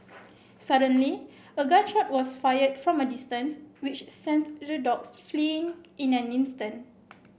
suddenly a gun shot was fired from a distance which sent the dogs fleeing in an instant